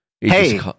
Hey